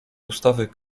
ustawy